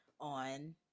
on